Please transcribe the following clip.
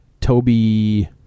Toby